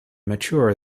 mature